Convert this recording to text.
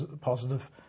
positive